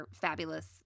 fabulous